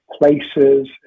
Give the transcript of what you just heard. places